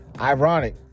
ironic